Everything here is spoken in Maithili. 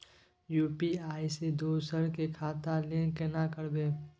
यु.पी.आई से दोसर के खाता लिंक केना करबे?